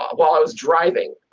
um while i was driving.